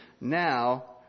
Now